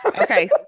Okay